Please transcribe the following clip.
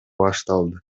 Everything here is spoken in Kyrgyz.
башталды